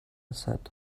said